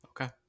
Okay